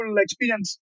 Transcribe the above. experience